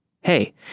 Hey